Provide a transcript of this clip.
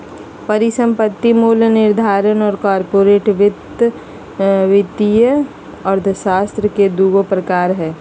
परिसंपत्ति मूल्य निर्धारण और कॉर्पोरेट वित्त वित्तीय अर्थशास्त्र के दू गो प्रकार हइ